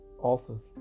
office